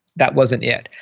that wasn't it.